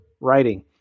writing